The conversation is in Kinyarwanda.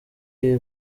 iyi